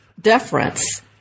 deference